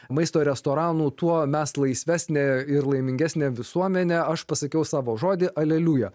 maisto restoranų tuo mes laisvesnė ir laimingesnė visuomenė aš pasakiau savo žodį aleliuja